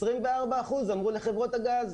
24% ענו לחברות הגז.